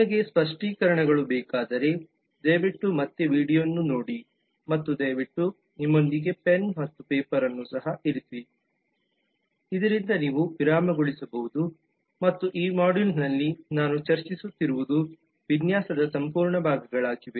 ನಿಮಗೆ ಸ್ಪಷ್ಟೀಕರಣಗಳು ಬೇಕಾದರೆ ದಯವಿಟ್ಟು ಮತ್ತೆ ವೀಡಿಯೊವನ್ನು ನೋಡಿ ಮತ್ತು ದಯವಿಟ್ಟು ನಿಮ್ಮೊಂದಿಗೆ ಪೆನ್ ಮತ್ತು ಪೇಪರ್ ಅನ್ನು ಸಹ ಇರಿಸಿ ಇದರಿಂದ ನೀವು ವಿರಾಮಗೊಳಿಸಬಹುದು ಮತ್ತು ಈ ಮಾಡ್ಯೂಲ್ನಲ್ಲಿ ನಾನು ಚರ್ಚಿಸುತ್ತಿರುವುದು ವಿನ್ಯಾಸದ ಸಂಪೂರ್ಣ ಭಾಗಗಳಾಗಿವೆ